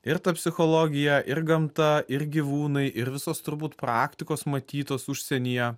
ir ta psichologija ir gamta ir gyvūnai ir visos turbūt praktikos matytos užsienyje